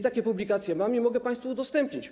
Takie publikacje mam i mogę je państwu udostępnić.